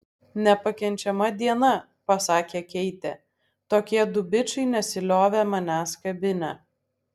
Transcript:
nepakenčiama diena pasakė keitė tokie du bičai nesiliovė manęs kabinę